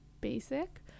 basic